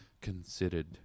considered